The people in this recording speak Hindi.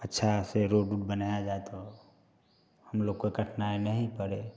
अच्छा से रोड ओड बनाया जाए तो हम लोग को कठिनाई नहीं पड़े